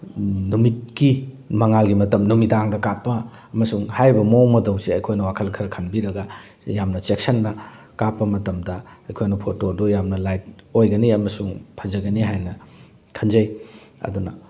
ꯅꯨꯃꯤꯠꯀꯤ ꯃꯉꯥꯜꯒꯤ ꯃꯇꯝ ꯅꯨꯃꯤꯗꯥꯡꯗ ꯀꯥꯞꯄ ꯑꯃꯁꯨꯡ ꯍꯥꯏꯔꯤꯕ ꯃꯑꯣꯡ ꯃꯇꯧꯁꯦ ꯑꯩꯈꯣꯏꯅ ꯋꯥꯈꯜ ꯈꯔ ꯈꯟꯕꯤꯔꯒ ꯌꯥꯝꯅ ꯆꯦꯛꯁꯟꯅ ꯀꯥꯞꯄ ꯃꯇꯝꯗ ꯑꯩꯈꯣꯏꯅ ꯐꯣꯇꯣꯗꯨ ꯌꯥꯝꯅ ꯂꯥꯏꯠ ꯑꯣꯏꯒꯅꯤ ꯑꯃꯁꯨꯡ ꯐꯖꯒꯅꯤ ꯍꯥꯏꯅ ꯈꯟꯖꯩ ꯑꯗꯨꯅ